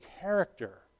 character